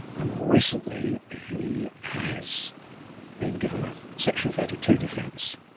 and more recently, he has been given a section thirty two defence.